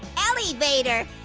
eli-vader.